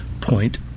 point